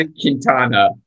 Quintana